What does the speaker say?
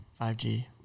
5G